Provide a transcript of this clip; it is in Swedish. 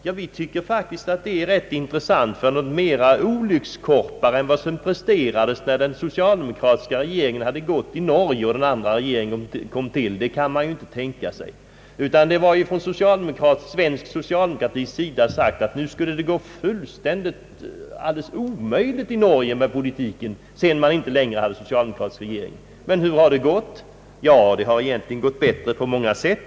Jag tycker faktiskt att detta yttrande är rätt intressant, ty värre olyckskorpar än de svenska socialdemokraterna när den socialdemokratiska regeringen i Norge fick avgå och en borgerlig regering trädde till kan man inte tänka sig. Inom svensk socialdemokrati sades det, att det skulle vara alldeles omöjligt att föra någon ekonomisk politik i Norge när landet inte längre hade en socialdemokratisk regering. Hur har det gått? Jo, det har egentligen gått bättre än tidigare på många sätt.